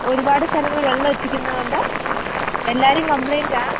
ഒരുപാട് സ്ഥലങ്ങളിൽ വെള്ളമെത്തിക്കുന്നതുകൊണ്ട് എല്ലാവരും കംപ്ലയിൻ്റെ ആണ്